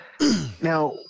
now